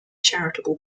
charitable